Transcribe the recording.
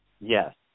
Yes